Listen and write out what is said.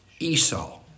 Esau